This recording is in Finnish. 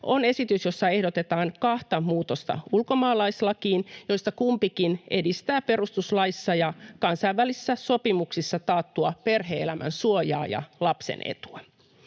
on esitys, jossa ehdotetaan kahta muutosta ulkomaalaislakiin, joista kumpikin edistää perustuslaissa ja kansainvälisissä sopimuksissa taattua perhe-elämän suojaa ja lapsen etua.